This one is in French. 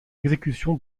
exécution